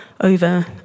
over